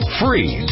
free